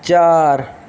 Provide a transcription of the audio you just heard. چار